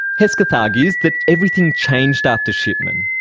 hesketh argues that everything changed after shipman,